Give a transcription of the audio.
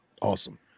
Awesome